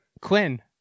Quinn